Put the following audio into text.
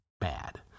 bad